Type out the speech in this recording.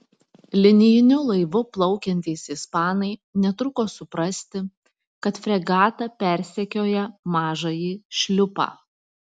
linijiniu laivu plaukiantys ispanai netruko suprasti kad fregata persekioja mažąjį šliupą